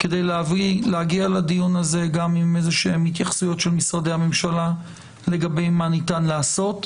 כדי להגיע לדיון הזה עם התייחסויות של משרדי הממשלה לגבי מה ניתן לעשות.